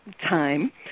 time